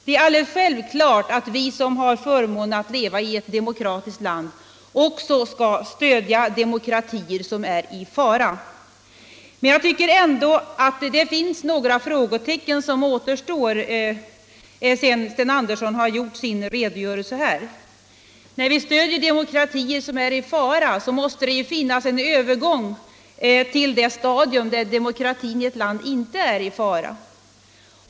Det är alldeles självklart att vi som har förmånen att leva i ett demokratiskt land skall stödja demokratier som är i fara, men jag tycker ändå att det återstår några frågetecken sedan Sten Andersson i Stockholm har lämnat sin redogörelse här. När vi stöder demokratier som är i fara måste det ju därifrån finnas en övergång till det stadium där demokratin i ett land inte är i fara.